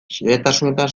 xehetasunetan